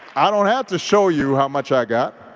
i don't have to show you how much i got.